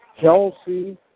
Kelsey